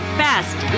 best